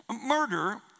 Murder